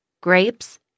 grapes